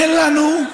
אין לנו,